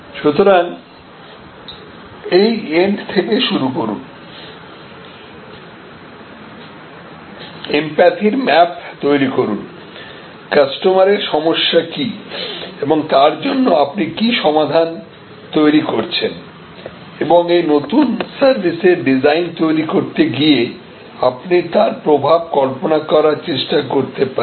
সুতরাং এই এন্ড থেকে শুরু করুনএমপ্যাথির ম্যাপ তৈরি করুন কাস্টমারের সমস্যা কি এবং তার জন্য আপনি কি সমাধান তৈরি করছেন এবং এই নতুন সার্ভিস এর ডিজাইন তৈরি করতে গিয়ে আপনি তার প্রভাব কল্পনা করার চেষ্টা করতে পারেন